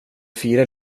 fira